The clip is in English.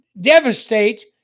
devastate